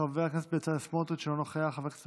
חבר הכנסת בצלאל סמוטריץ' אינו נוכח,